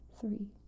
three